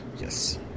yes